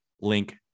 link